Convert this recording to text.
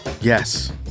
Yes